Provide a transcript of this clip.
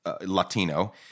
Latino